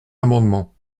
amendement